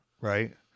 Right